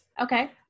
Okay